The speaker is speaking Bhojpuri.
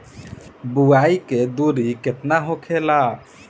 बुआई के दूरी केतना होखेला?